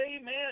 amen